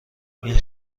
این